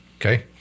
okay